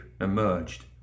emerged